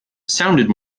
sounded